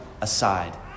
aside